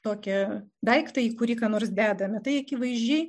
tokią daiktą į kurį ką nors dedame tai akivaizdžiai